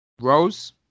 Rose